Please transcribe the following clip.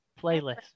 Playlist